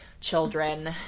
children